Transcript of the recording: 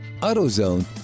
AutoZone